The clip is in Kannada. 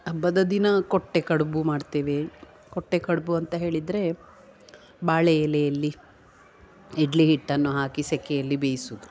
ಹಬ್ಬದ ದಿನ ಕೊಟ್ಟೆ ಕಡ್ಬು ಮಾಡ್ತೇವೆ ಕೊಟ್ಟೆ ಕಡ್ಬು ಅಂತ ಹೇಳಿದರೆ ಬಾಳೆ ಎಲೆಯಲ್ಲಿ ಇಡ್ಲಿ ಹಿಟ್ಟನ್ನು ಹಾಕಿ ಸೆಕೆಯಲ್ಲಿ ಬೇಯಿಸುದು